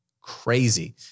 Crazy